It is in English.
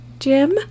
Jim